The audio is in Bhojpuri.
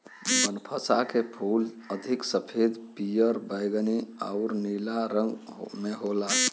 बनफशा के फूल अधिक सफ़ेद, पियर, बैगनी आउर नीला रंग में होला